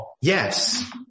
Yes